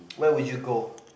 where would you go